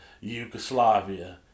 Yugoslavia